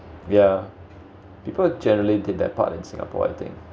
yeah people generally did their part in singapore I think